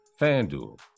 FanDuel